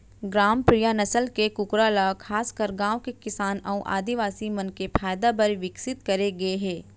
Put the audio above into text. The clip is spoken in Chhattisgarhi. ग्रामप्रिया नसल के कूकरा ल खासकर गांव के किसान अउ आदिवासी मन के फायदा बर विकसित करे गए हे